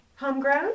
Homegrown